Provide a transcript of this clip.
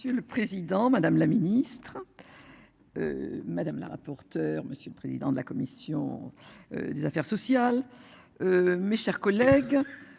Monsieur le Président Madame la Ministre. Madame la rapporteure. Monsieur le président de la commission. Des affaires sociales. Mes chers collègues.